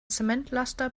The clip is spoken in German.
zementlaster